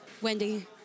Wendy